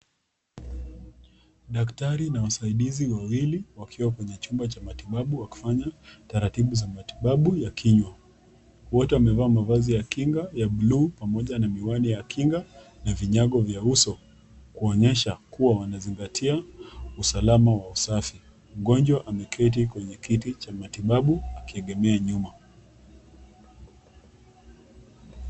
Daktari na wasaidizi wawili ,wakiwa kwenye chumba cha matibabu, wakifanya taratibu za matibabu ya kinywa. Wote wamevaa mavazi ya kinga ya bluu pamoja na miwani za kinga na vinyago vya uso, kuonyesha kuwa wanazingatia usalama wa usafi. Mgonjwa ameketi kwenye kiti cha matibabu akiegemea nyuma.